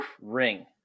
ring